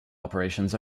operations